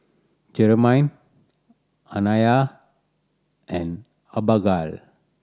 Germaine Anaya and Abagail